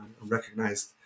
recognized